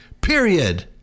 period